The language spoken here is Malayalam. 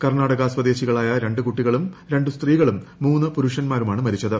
കർണാടക സ്വദേശികളായ രണ്ട് കുട്ടികളും രണ്ട് സ്ത്രീകളും മൂന്ന് പുരുഷന്മാരുമാണ് മരിച്ചത്